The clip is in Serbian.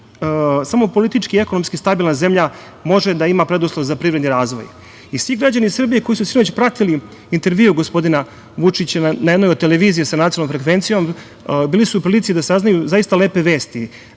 Samo politički i ekonomski stabilna zemlja može da ima preduslov za privredni razvoj. Svi građani Srbije koji su sinoć pratili intervju gospodina Vučića na jednoj od televizija sa nacionalnom frekvencijom bili su u prilici da saznaju zaista lepe vesti